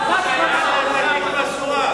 מה קרה,